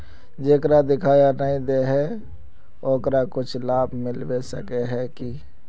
जेकरा दिखाय नय दे है ओकरा कुछ लाभ मिलबे सके है की?